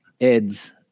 Ed's